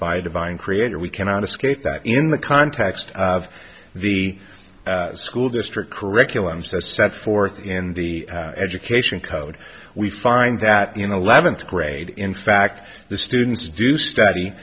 by a divine creator we cannot escape that in the context of the school district curriculums as set forth in the education code we find that you know eleventh grade in fact the students do study